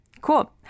Cool